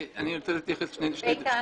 אני רוצה להתייחס לשני דברים.